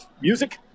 music